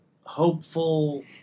hopeful